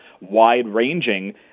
wide-ranging